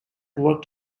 worked